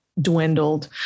dwindled